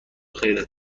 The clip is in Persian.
خیرت